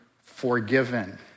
forgiven